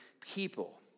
people